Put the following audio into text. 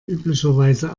üblicherweise